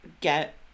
get